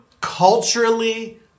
Culturally